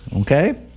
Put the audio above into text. Okay